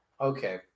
Okay